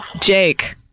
Jake